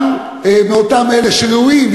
גם מאותם אלה שראויים,